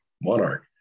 monarch